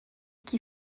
qui